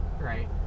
Right